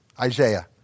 Isaiah